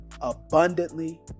abundantly